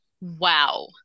Wow